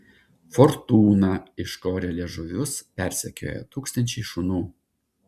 fortūną iškorę liežuvius persekioja tūkstančiai šunų